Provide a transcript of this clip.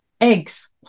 Eggs